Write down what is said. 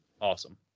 Awesome